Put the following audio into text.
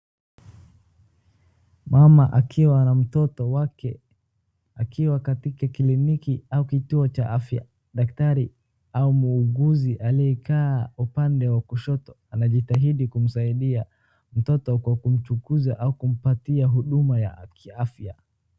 Mama akiwa na mtoto wake akiwa katika kliniki au kituo cha afya. Daktari au muuguzi aliyekaa upande wa kushoto anajitahidi kumsaidia mtoto kwa kumchunguza au kumpatia huduma ya kiafya.